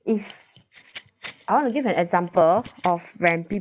if I want to give an example of when